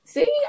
See